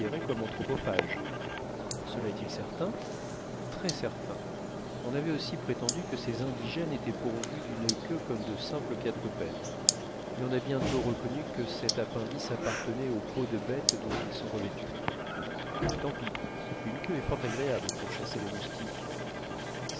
comme anthropophages cela est-il certain très certain on avait aussi prétendu que ces indigènes étaient pourvus d'une queue comme de simples quadrupèdes mais on a bientôt reconnu que cet appendice appartenait aux peaux de bête dont ils sont revêtus tant pis une queue est fort agréable pour chasser les moustiques